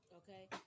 okay